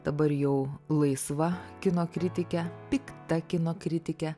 dabar jau laisva kino kritike pikta kino kritike